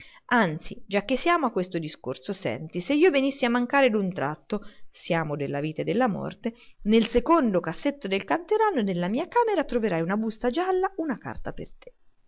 tranquillo anzi giacché siamo a questo discorso senti se io venissi a mancare d'un tratto siamo della vita e della morte nel secondo cassetto del canterano nella mia camera troverai in una busta gialla una carta per te